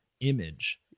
image